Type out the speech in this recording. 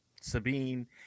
Sabine